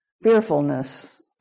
Fearfulness